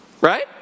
Right